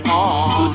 on